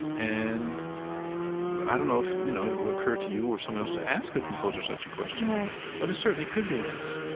and i don't know if, you know, it would occur to you or someone else to ask a composer such a question, but it certainly could be asked.